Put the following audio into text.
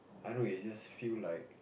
I know it's just feel like